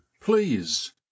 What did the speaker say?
please